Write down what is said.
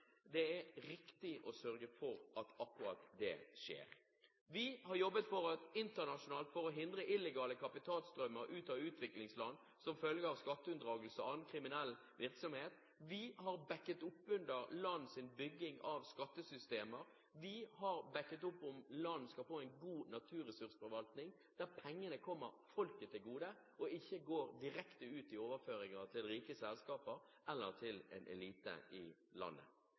Det er riktig å sørge for at akkurat det skjer. Vi har jobbet internasjonalt for å hindre illegale kapitalstrømmer ut av utviklingsland som følge av skatteunndragelse og annen kriminell virksomhet. Vi har backet opp lands bygging av skattesystemer, vi har backet opp at land skal få en god naturressursforvaltning der pengene kommer folket til gode og ikke går direkte til overføringer til rike selskaper eller til en elite i landet.